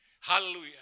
Hallelujah